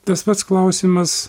tas pats klausimas